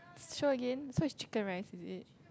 show again so is chicken rice is it